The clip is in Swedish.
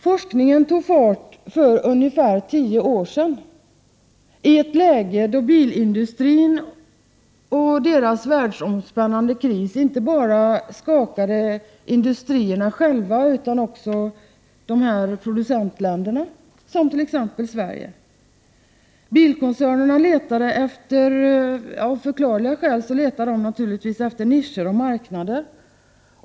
Forskningen tog fart för ungefär tio år sedan i ett läge då bilindustrin och dess världsomspännande kris skakade inte bara industrierna själva utan också producentländerna, som t.ex. Sverige. Bilkoncernerna letade av förklarliga skäl efter nischer och marknader.